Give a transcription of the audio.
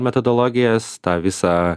metodologijas tą visą